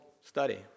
study